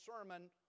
Sermon